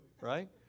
right